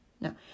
No